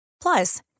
Plus